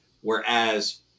Whereas